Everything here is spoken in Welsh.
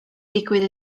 digwydd